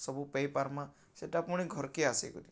ସବୁ ପାଇ ପାର୍ମା ସେଟା ପୁଣି ଘର୍କେ ଆସିକରି